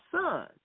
son